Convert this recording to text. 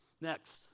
Next